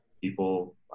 people